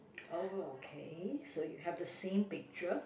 okay so you have the same picture